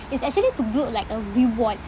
is actually to build like a reward